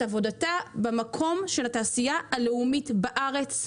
עבודתה במקום של התעשייה הלאומית בארץ,